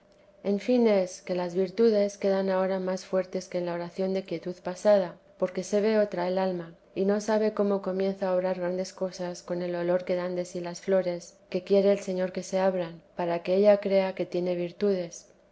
en fin es que las virtudes quedan ahora más fuertes que en la oración de quietud pasada porque se ve otra el alma y no sabe cómo comienza a obrar grandes cosas con el olor que dan de sí las flores que quiere el señor que se abran para que ella crea que tiene virtudes